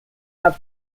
have